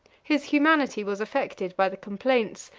his humanity was affected by the complaints,